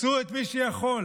מצאו את מי שיכול,